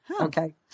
Okay